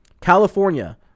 California